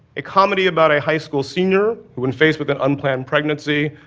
a comedy about a high school senior, who, when faced with an unplanned pregnancy,